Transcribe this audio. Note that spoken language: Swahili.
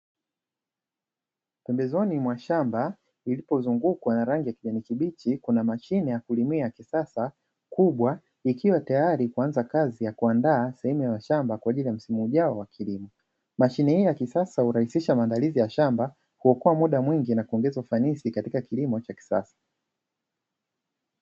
Pembezoni mwa shamba ilipozungukwa na kijani kibichi; kuna mashine ya kulimia ya kisasa kubwa ikiwa tayari kuanza kazi ya kuandaa sehemu ya shamba kwa ajili ya msimu ujao wa kilimo, mashine hii ya kisasa hurahisisha maandalizi ya shamba, kuokoa muda mwingi na kuongeza ufanisi katika kilimo cha kisasa.